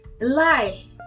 lie